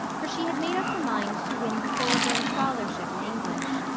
for she had made up her mind to win the thorburn scholarship in english.